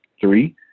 Three